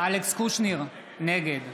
אלכס קושניר, נגד